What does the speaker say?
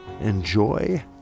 enjoy